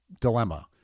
dilemma